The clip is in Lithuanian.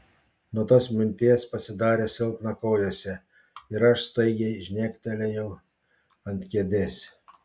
nuo tos minties pasidarė silpna kojose ir aš staigiai žnektelėjau ant kėdės